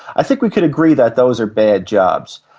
i think we could agree that those are bad jobs.